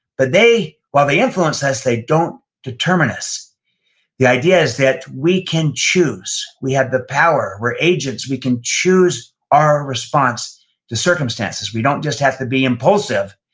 but they, while they influence us, they don't determine us the idea is that we can choose, we have the power, we're agents, we can choose our response to circumstances. we don't just have to be impulsive.